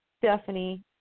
Stephanie